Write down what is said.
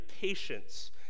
patience